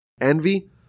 Envy